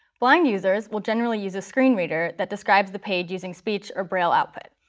blind users will generally use a screen reader that describes the page using speech or braille output.